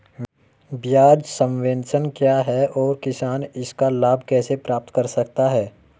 ब्याज सबवेंशन क्या है और किसान इसका लाभ कैसे प्राप्त कर सकता है?